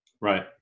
Right